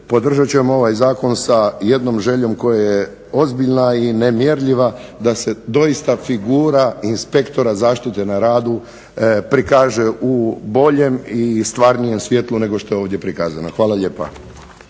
podržat ćemo ovaj zakon sa jednom željom koja je ozbiljna i nemjerljiva da se doista figura inspektora zaštite na radu prikaže u boljem i stvarnijem svjetlu nego što je ovdje prikazano. Hvala lijepa.